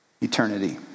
eternity